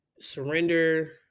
surrender